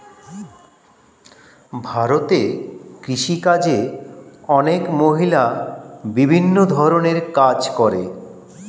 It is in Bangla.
ভারতে কৃষিকাজে অনেক মহিলা বিভিন্ন ধরণের কাজ করে